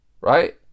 Right